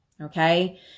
okay